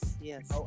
yes